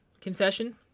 Confession